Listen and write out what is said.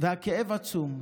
והכאב עצום.